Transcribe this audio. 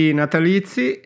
natalizi